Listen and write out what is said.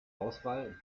auswahl